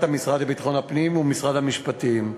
המשרד לביטחון הפנים ומשרד המשפטים.